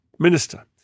Minister